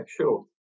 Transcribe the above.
sure